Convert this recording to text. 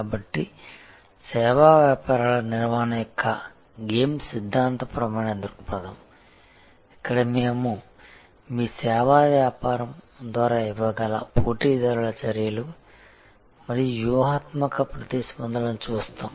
కాబట్టి సేవా వ్యాపారాల నిర్వహణ యొక్క గేమ్ సిద్ధాంతపరమైన దృక్పథం ఇక్కడ మేము మీ సేవా వ్యాపారం ద్వారా ఇవ్వగల పోటీదారుల చర్యలు మరియు వ్యూహాత్మక ప్రతిస్పందనలను చూస్తాము